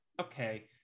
okay